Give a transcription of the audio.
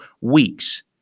weeks